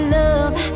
love